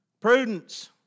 Prudence